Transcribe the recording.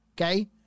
Okay